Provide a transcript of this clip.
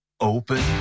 open